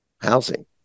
housing